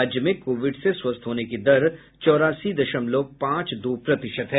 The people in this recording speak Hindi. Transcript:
राज्य में कोविड से स्वस्थ होने की दर चौरासी दशमलव पांच दो प्रतिशत है